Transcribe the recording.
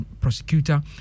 Prosecutor